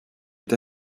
est